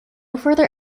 further